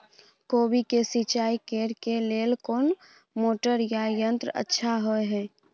कोबी के सिंचाई करे के लेल कोन मोटर या यंत्र अच्छा होय है?